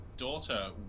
daughter